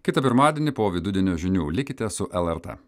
kitą pirmadienį po vidudienio žinių likite su lrt